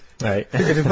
Right